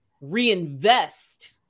reinvest